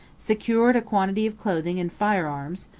secured a quantity of clothing and firearms,